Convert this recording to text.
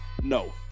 No